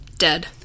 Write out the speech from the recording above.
dead